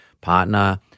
partner